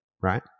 Right